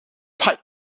pike